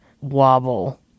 wobble